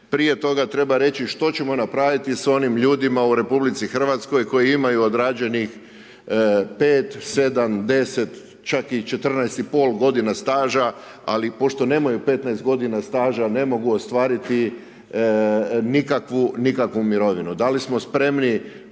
prije toga treba reći što ćemo napraviti sa onim ljudima u Republici Hrvatskoj koji imaju odrađenih 5, 7, 10, čak i 14,5 godina staža, ali pošto nemaju 15 godina staža, ne mogu ostvariti nikakvu mirovinu. Da li smo spremni